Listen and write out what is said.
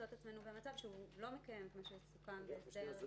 את עצמנו במצב שהוא לא מקיים את מה שסוכם בהסדר.